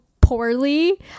poorly